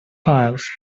files